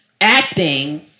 acting